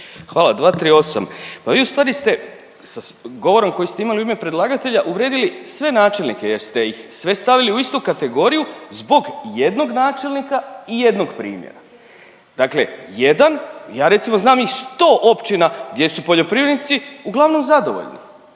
Hvala. 238., vi u stvari ste sa govorom koji ste imali u ime predlagatelja uvrijedili sve načelnike jer ste ih sve stavili u istu kategoriju zbog jednog načelnika i jednog primjera. Dakle, jedan ja recimo znam ih 100 općina gdje su poljoprivrednici uglavnom zadovoljni